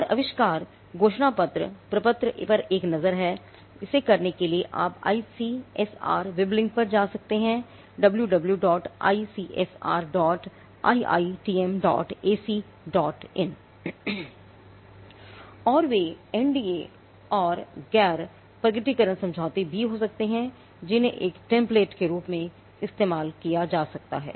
और आविष्कार घोषणा प्रपत्र पर एक नजर है करने के लिए आप इस icsr वेब लिंक पर जा सकते हैं wwwicsriitmacin और वे एनडीए और या गैर प्रकटीकरण समझौते भी हो सकते हैं जिन्हें एक टेम्पलेट के रूप में इस्तेमाल किया जा सकता है